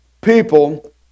people